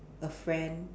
a friend